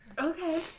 Okay